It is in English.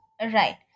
Right